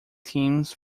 teams